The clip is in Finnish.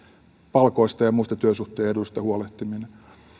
palkoista ja muista työsuhteen eduista huolehtiminen